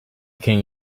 king